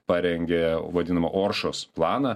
parengė vadinamą oršos planą